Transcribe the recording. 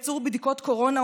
הייצור של בדיקות קורונה,